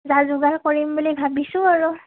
যা যোগাৰ কৰিম বুলি ভাবিছোঁ আৰু